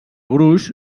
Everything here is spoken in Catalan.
gruix